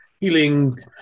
healing